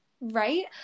Right